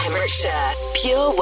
Pure